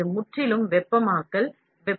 இந்த பகுதியில் வெப்பமாக்கல் செய்யப்படுகிறது